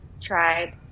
tried